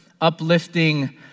uplifting